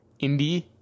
indie